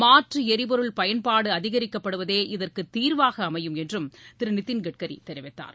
மாற்று எரிபொருள் பயன்பாடு அதிகரிக்கப்படுவதே இதற்கு தீர்வாக அமையும் என்றும் திரு நிதின் கட்கரி கூறினார்